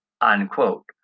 unquote